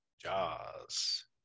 jaws